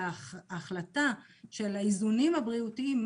ההחלטה של האיזונים הבריאותיים,